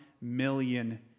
million